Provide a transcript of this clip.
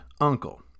uncle